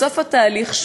בסוף התהליך,